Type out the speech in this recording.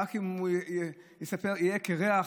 ורק אם הוא יהיה קירח,